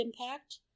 impact